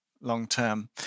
long-term